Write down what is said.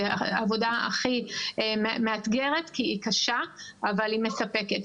העבודה הכי מאתגרת, כי היא קשה, אבל היא מספקת.